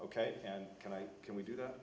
ok and can i can we do that